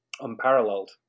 unparalleled